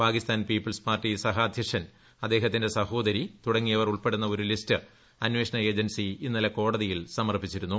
Pakistan people's party സഹാധ്യക്ഷൻ അദ്ദേഹത്തിന്റെ സഹോദരി തുടങ്ങിയവർ ഉൾപ്പെടുന്ന ഒരു ലിസ്റ്റ് അന്വേഷണ ഏജൻസി ഇന്നലെ കോടതിയിൽ സമർപ്പിച്ചിരുന്നു